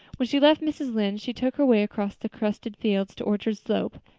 when she left mrs. lynde's she took her way across the crusted fields to orchard slope.